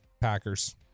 Packers